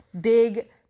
big